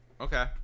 Okay